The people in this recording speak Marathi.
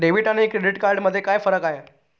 डेबिट आणि क्रेडिट कार्ड मध्ये काय फरक आहे?